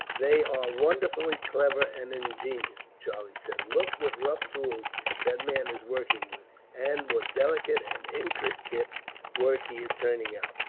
they are wonderfully clever and ingenious, charlie said. look what rough tools that man is working with, and what delicate and intricate work he is turning out.